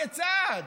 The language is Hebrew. הכיצד?